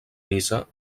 missa